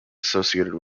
associated